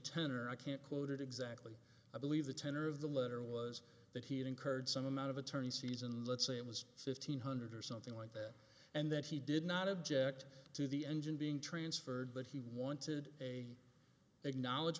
tenor i can't quote it exactly i believe the tenor of the letter was that he had incurred some amount of attorney season let's say it was fifteen hundred or something like that and that he did not object to the engine being transferred but he wanted a acknowledge